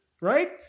right